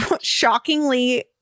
shockingly